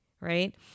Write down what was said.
right